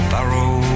Barrow